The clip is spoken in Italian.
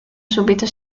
subito